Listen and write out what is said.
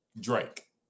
Drake